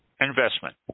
investment